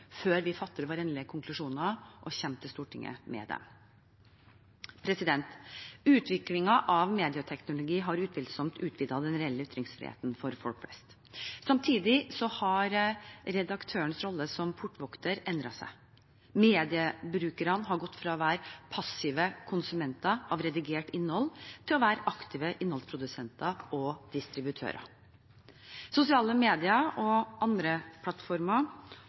før vi trekker våre endelige konklusjoner og kommer til Stortinget med dem. Utviklingen av ny medieteknologi har utvilsomt utvidet den reelle ytringsfriheten for folk flest. Samtidig har redaktørens rolle som portvokter endret seg. Mediebrukerne har gått fra å være passive konsumenter av redigert innhold til å være aktive innholdsprodusenter og -distributører. Sosiale medier og andre plattformer